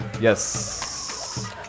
Yes